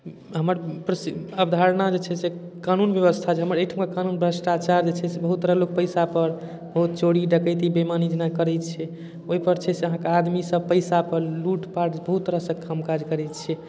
हमर प्रसिद्ध अवधारणा जे छै से कानून व्यवस्था जे हमर एहिठमक कानून भ्रष्टाचार जे छै से बहुत तरह लोक पैसापर बहुत चोरी डकैती बेइमानी जेना करै छै ओइपर छै से अहाँके आदमी सब पैसापर लूटपाट बहुत तरहसँ कामकाज करै छै